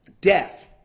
Death